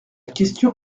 question